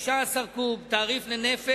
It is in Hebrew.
שם המערכת הבנקאית קרסה,